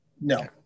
No